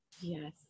Yes